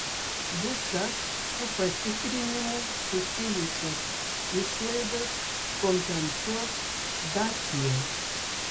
visas su patikrinimu susijusias išlaidas kompensuos dacia